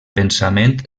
pensament